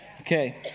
Okay